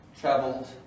traveled